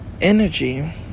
Energy